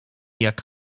jak